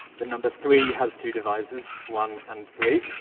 the number three has two divisors one and three.